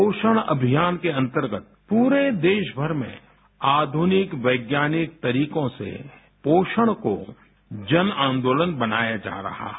पोषण अभियान के अंतर्गत पूरे देशभर में आधुनिक वैज्ञानिक तरीकों से पोषण को जन आन्दोलन बनाया जा रहा है